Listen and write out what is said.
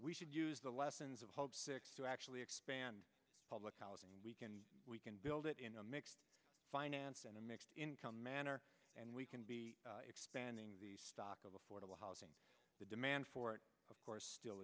we should use the lessons of six to actually expand public housing we can we can build it in a mixed finance and a mixed income manner and we can be expanding the stock of affordable housing the demand for it of course still